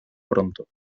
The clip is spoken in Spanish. pronto